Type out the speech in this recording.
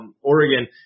Oregon